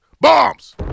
Bombs